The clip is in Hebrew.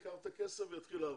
שייקח את הכסף ויתחיל לעבוד.